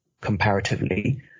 comparatively